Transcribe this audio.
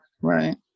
Right